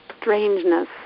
strangeness